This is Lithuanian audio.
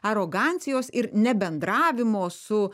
arogancijos ir nebendravimo su